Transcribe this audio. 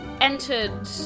entered